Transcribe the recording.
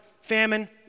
famine